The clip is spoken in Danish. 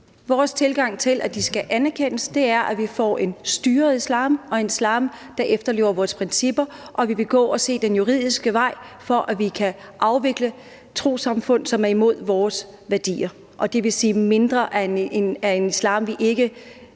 Vores tilgang til, at de skal anerkendes, er, at vi får en styret islam og en islam, der efterlever vores principper. Vi vil også gå den juridiske vej, for at vi kan afvikle trossamfund, som er imod vores værdier, og det vil sige mindre af en islam, som vi ikke